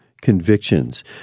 convictions